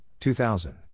2000